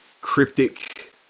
cryptic